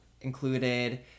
included